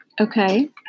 Okay